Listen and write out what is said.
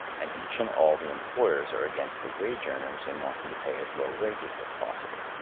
and each and all the employers are against the wage earners in wanting to pay as low wages as possible.